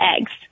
eggs